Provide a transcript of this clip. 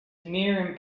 mere